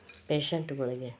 ಪೇಷಂಟ್ಗಳಿಗೆ